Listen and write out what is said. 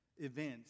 events